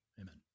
Amen